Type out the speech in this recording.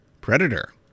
Predator